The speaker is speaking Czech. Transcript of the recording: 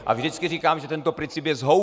A vždycky říkám, že tento princip je zhoubný.